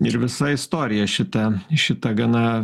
ir visa istorija šita šita gana